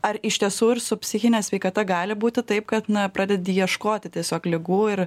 ar iš tiesų ir su psichine sveikata gali būti taip kad na pradedi ieškoti tiesiog ligų ir